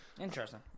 Interesting